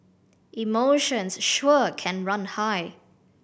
emotions sure can run high